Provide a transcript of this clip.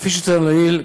כפי שצוין לעיל,